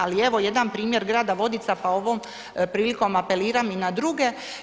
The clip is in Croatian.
Ali evo jedan primjer grada Vodica, pa ovom prilikom apeliram i na druge.